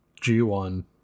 G1